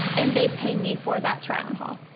and they pay me for that try-on haul.